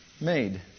made